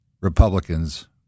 Republicans